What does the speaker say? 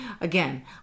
again